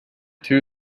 two